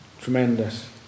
tremendous